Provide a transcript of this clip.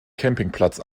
campingplatz